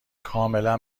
کاملا